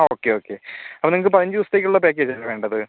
ആ okay okay അപ്പോൾ നിങ്ങൾക്ക് പതിനഞ്ച് ദിവസത്തേക്കുള്ള പാക്കേജ് അല്ലെ വേണ്ടത്